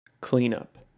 Cleanup